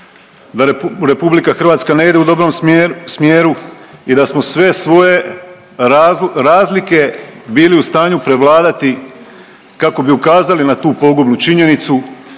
da RH ne ide u dobrom smjeru i da smo sve svoje razlike bili u stanju prevladati kako bi ukazali na tu pogubnu činjenicu,